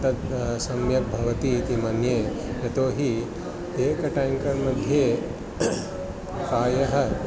तत् सम्यक्भवति इति मन्ये यतो हि एक टाङ्कर्मध्ये प्रायः